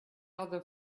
other